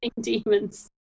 demons